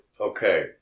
okay